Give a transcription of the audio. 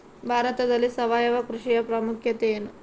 ಭಾರತದಲ್ಲಿ ಸಾವಯವ ಕೃಷಿಯ ಪ್ರಾಮುಖ್ಯತೆ ಎನು?